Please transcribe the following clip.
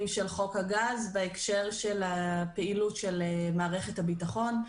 של חוק הגז בהקשר של הפעילות של מערכת הביטחון.